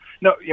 No